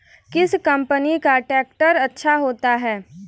किस कंपनी का ट्रैक्टर अच्छा होता है?